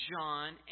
John